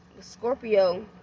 Scorpio